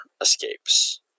escapes